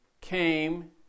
came